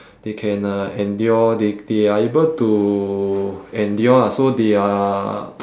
they can uh endure they they are able to endure lah so they are